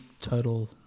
total